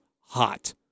hot